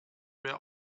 mehr